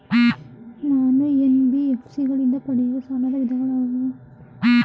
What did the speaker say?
ನಾನು ಎನ್.ಬಿ.ಎಫ್.ಸಿ ಗಳಿಂದ ಪಡೆಯುವ ಸಾಲದ ವಿಧಗಳಾವುವು?